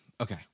Okay